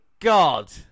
God